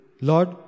Lord